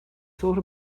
thought